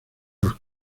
los